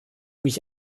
mich